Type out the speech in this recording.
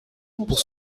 pour